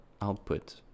output